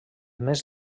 més